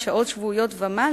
אם שעובדת 32 שעות שבועיות ומעלה.